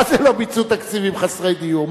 מה זה "לא ביצעו תקציב" עם חסרי דיור?